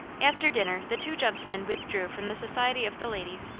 after dinner the two gentle men withdrew from the society of the ladies,